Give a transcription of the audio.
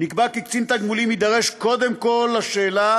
נקבע כי קצין תגמולים יידרש קודם כול לשאלה